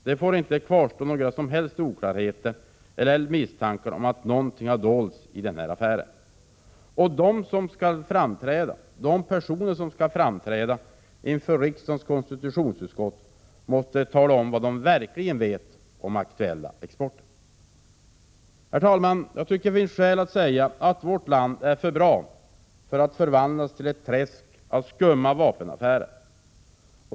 Det får inte kvarstå några som helst oklarheter eller misstankar om att någonting har dolts i den här affären. De personer som skall framträda inför riksdagens konstitutionsutskott måste tala om vad de verkligen vet om nu aktuella vapenexporter. Herr talman! Det finns skäl att säga att vårt land är för bra för att förvandlas till ett träsk av skumma vapenaffärer.